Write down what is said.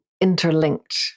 interlinked